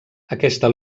aquesta